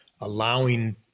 allowing